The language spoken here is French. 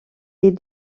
est